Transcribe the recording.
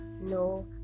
no